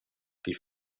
die